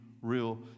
real